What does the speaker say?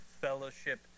fellowship